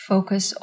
Focus